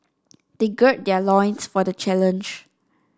they gird their loins for the challenge